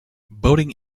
boating